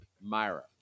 Myra